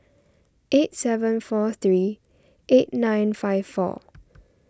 eight seven four three eight nine five four